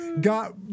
got